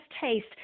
taste